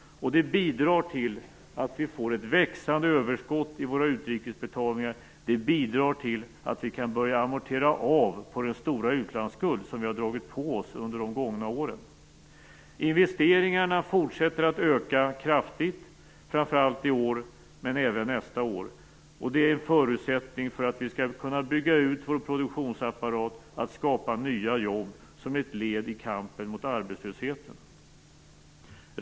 Det bidrar till att vi får ett växande överskott i våra utrikesbetalningar. Det bidrar till att vi kan börja amortera av på den stora utlandsskuld som vi har dragit på oss under de gångna åren. Investeringarna fortsätter att öka kraftigt, framför allt i år men även nästa år. Det är en förutsättning för att vi skall kunna bygga ut vår produktionsapparat, att skapa nya jobb, som ett led i kampen mot arbetslösheten.